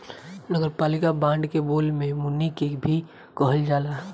नगरपालिका बांड के बोले में मुनि के भी कहल जाला